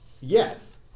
yes